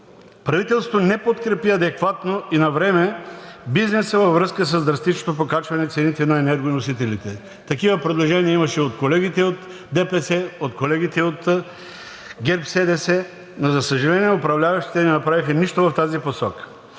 правителството не подкрепи адекватно и навреме бизнеса във връзка с драстично покачване цените на енергоносителите. Такива предложения имаше от колегите от ДПС, от колегите от ГЕРБ-СДС, но за съжаление, управляващите не направиха нищо в тази посока.